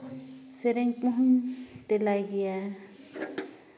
ᱥᱮᱨᱮᱧ ᱠᱚᱦᱚᱸ ᱛᱮᱞᱟᱭ ᱜᱮᱭᱟ